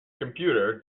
computer